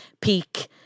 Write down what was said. peak